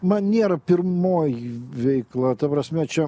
man nėra pirmoji veikla ta prasme čia